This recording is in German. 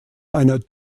einer